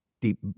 deep